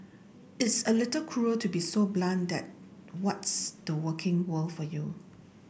it's a little cruel to be so blunt that what's the working world for you